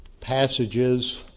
passages